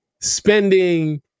spending